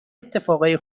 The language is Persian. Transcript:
اتفاقای